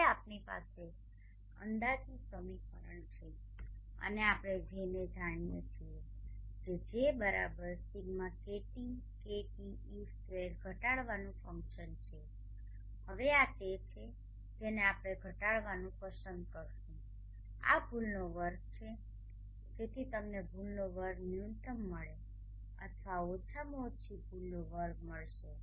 હવે અહીં આપણી પાસે અંદાજનું સમીકરણ છે અને આપણે Jને જાણીએ છીએ જે JΣ2 ઘટાડવાનું ફંક્શન છે હવે આ તે છે જેને આપણે ઘટાડવાનું પસંદ કરીશું આ ભૂલનો વર્ગ છે જેથી તમને ભૂલનો વર્ગ ન્યુનતમ મળે અથવા ઓછામાં ઓછી ભૂલનો વર્ગ મળશે